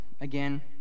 again